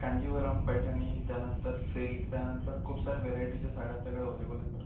कांजीवरम पैठणी त्यानंतर सिल्क त्यानंतर खूप साऱ्या वेरायटीच्या साड्या आपल्याकडं अवेलेबल आहेत सर